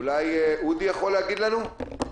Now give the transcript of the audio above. אולי אודי יכול להגיד לנו?